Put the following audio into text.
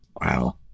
wow